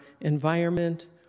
environment